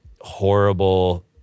horrible